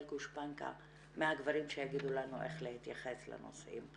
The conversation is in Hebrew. גושפנקא מהגברים שידעו לנו איך להתייחס לנושאים,